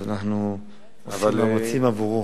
אז אנחנו עושים מאמצים עבורו.